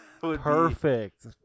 perfect